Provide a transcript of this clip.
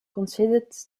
considers